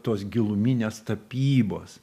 tos giluminės tapybos